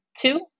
two